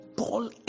Paul